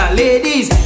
ladies